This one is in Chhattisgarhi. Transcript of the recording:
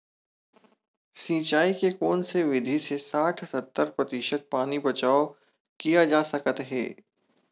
सिंचाई के कोन से विधि से साठ सत्तर प्रतिशत पानी बचाव किया जा सकत हे?